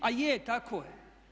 A je, tako je.